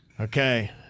Okay